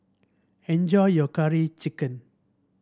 enjoy your Curry Chicken